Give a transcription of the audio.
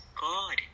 God